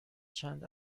چند